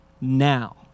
now